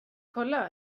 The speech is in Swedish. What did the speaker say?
kolla